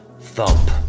Thump